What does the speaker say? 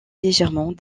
légèrement